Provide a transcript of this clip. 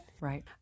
Right